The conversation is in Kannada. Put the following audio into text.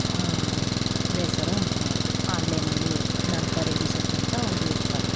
ಬೇಸರ ಉಂಟುಮಾಡಿತು ಆನ್ಲೈನಲ್ಲಿ ನಾನು ಖರೀದಿಸಿದ್ದಂಥ ಒಂದು ಉತ್ಪನ್ನ